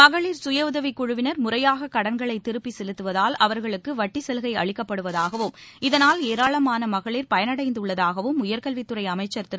மகளிர் சுயஉதவிக் குழுவினர் முறையாக கடன்களை திருப்பிச் செலுத்துவதால் அவர்களுக்கு வட்டிச் சலுகை அளிக்கப்படுவதாகவும் இதனால் ஏராளமான மகளிர் பயனடைந்துள்ளதாகவும் உயர்கல்வித்துறை அமைச்சர் திரு